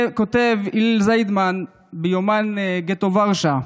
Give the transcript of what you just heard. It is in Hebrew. כותב הילל זיידמן ביומן גטו ורשה: